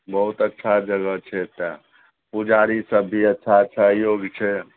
बहुत अच्छा जगह छै एतय पुजारी सब भी अच्छा छै योग्य छै